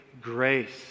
grace